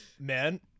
Man